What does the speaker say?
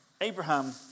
Abraham